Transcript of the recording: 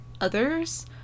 others